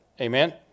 Amen